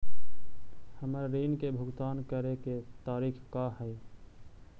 हमर ऋण के भुगतान करे के तारीख का हई?